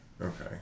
Okay